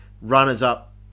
runners-up